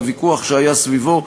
והוויכוח שהיה סביבו,